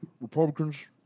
Republicans